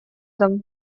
дом